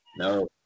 No